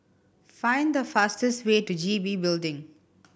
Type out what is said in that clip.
find the fastest way to G B Building